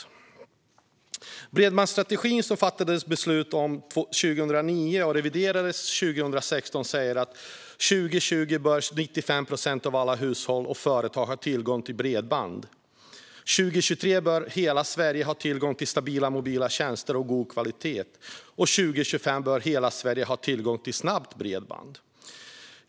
Enligt bredbandstrategin, som det fattades beslut om 2009 och som reviderades 2016, bör 95 procent av alla hushåll och företag ha tillgång till bredband 2020, 2023 bör hela Sverige ha tillgång till stabila mobila tjänster av god kvalitet och 2025 bör hela Sverige ha tillgång till snabbt bredband.